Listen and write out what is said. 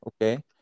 okay